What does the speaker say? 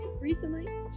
recently